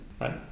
right